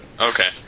Okay